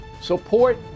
support